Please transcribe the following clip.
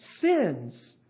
sins